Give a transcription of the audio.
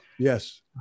Yes